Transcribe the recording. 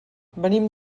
venim